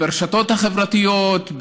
ברשתות החברתיות,